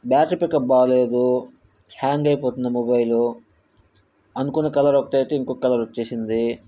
battery pickup బాలేదు hang అయిపోతుంది mobile అనుకున్న కలర్ ఒకటైతే ఇంకో కలర్ వచ్చింది